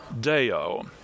Deo